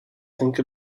think